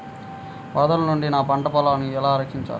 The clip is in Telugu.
వరదల నుండి నా పంట పొలాలని ఎలా రక్షించాలి?